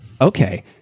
okay